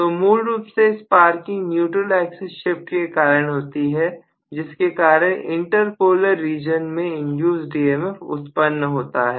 तो मूल रूप से स्पार्किंग न्यूट्रल एक्सिस शिफ्ट के कारण होती है जिसके कारण इंटर पोलर रीजन में इंड्यूस्ड ईएमएफ उत्पन्न होता है